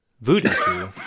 voodoo